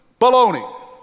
Baloney